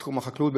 בתחום החקלאות,